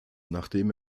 nachdem